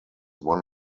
one